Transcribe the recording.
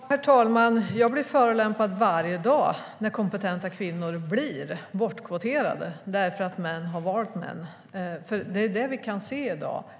Herr talman! Jag blir förolämpad varje dag när kompetenta kvinnor blir bortkvoterade för att män har valt män. Det är ju detta vi kan se i dag.